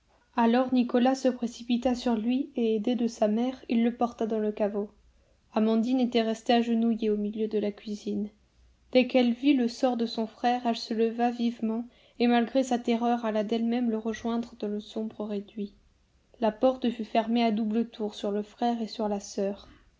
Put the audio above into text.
alors nicolas se précipita sur lui et aidé de sa mère il le porta dans le caveau amandine était restée agenouillée au milieu de la cuisine dès qu'elle vit le sort de son frère elle se leva vivement et malgré sa terreur alla d'elle-même le rejoindre dans le sombre réduit la porte fut fermée à double tour sur le frère et sur la soeur